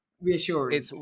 reassuring